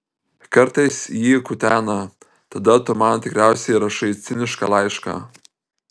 kartais jį kutena tada tu man tikriausiai rašai cinišką laišką